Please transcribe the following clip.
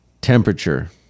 temperature